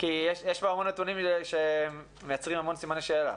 כי יש פה המון נתונים שמייצרים המון סימני שאלה.